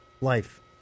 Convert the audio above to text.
life